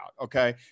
okay